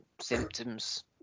symptoms